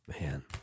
Man